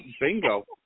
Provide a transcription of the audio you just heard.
bingo